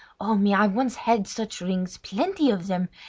oh, me! i once had such rings, plenty of them,